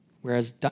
whereas